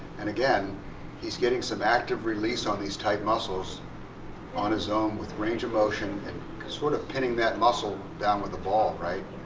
and again he's getting some active release on these tight muscles on his own with range of motion and sort of pinning that muscle down with a ball right?